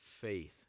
faith